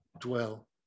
dwell